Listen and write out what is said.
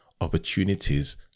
opportunities